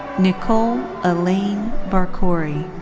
nicole elaine barcori.